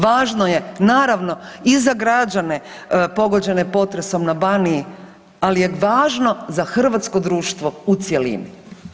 Važno je naravno i za građane pogođene potresom na Baniji, ali je važno za hrvatsko društvo u cjelini.